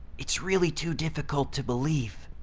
it's really too difficult to believe